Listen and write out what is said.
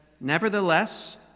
...nevertheless